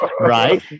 right